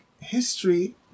history